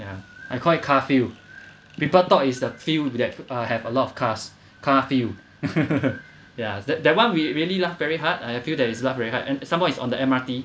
yeah I call it carfield people thought is that field that have a lot of cars carfield ya that that one we really laughed very hard I feel that it's laughed very hard and some more it's on the M_R_T